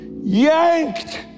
yanked